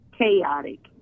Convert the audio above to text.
chaotic